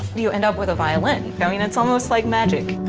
you end up with a violin. i mean, it's almost like magic.